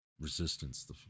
Resistance